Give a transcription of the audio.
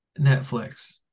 Netflix